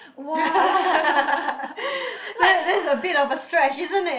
what like